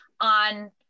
on